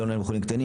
לא בתי חולים קטנים,